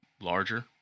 larger